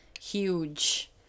huge